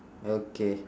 okay